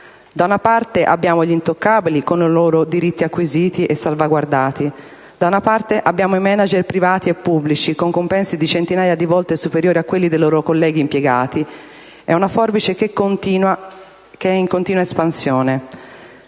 Da una parte abbiamo gli intoccabili con i loro diritti acquisiti e salvaguardati; da una parte abbiamo i *manager* privati e pubblici con compensi di centinaia di volte superiori a quelli dei loro colleghi impiegati: è una forbice in continua espansione.